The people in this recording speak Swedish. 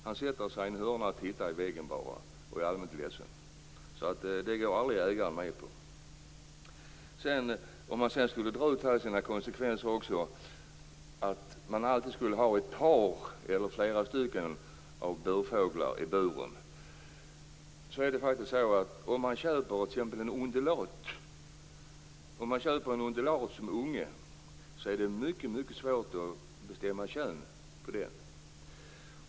Han sätter sig i ett hörn, tittar bara i väggen och är allmänt ledsen, så någon artfrände går ägaren aldrig med på. Om man skall dra konsekvenserna av detta skall det alltså alltid vara ett fågelpar eller flera fåglar i buren. Men om man köper en undulatunge är det mycket svårt att bestämma dess kön.